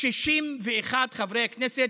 61 חברי כנסת,